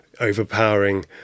overpowering